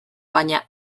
baina